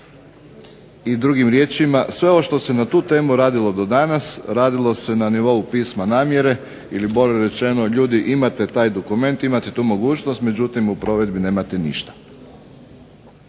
i drugim riječima sve što se na tu temu radilo do danas radilo se na nivou pisma namjere ili bolje rečeno ljudi imate taj dokument, imate tu mogućnost međutim, u provedbi nemate ništa.